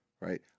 Right